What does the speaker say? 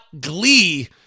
glee